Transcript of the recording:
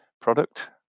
product